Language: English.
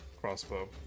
crossbow